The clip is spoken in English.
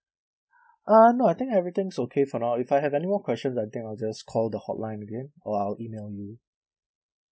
uh no I think everything's okay for now if I have any more questions I think I'll just call the hotline again or I'll email you